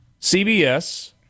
CBS